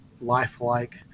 lifelike